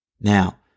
Now